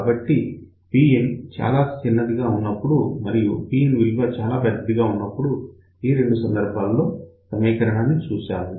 కాబట్టి Pin చాలా చిన్నదిగా ఉన్నప్పుడు మరియు Pin విలువ చాలా పెద్దదిగా ఉన్నప్పుడు రెండు సందర్భాలలో సమీకరణాన్ని చూశాము